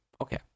Okay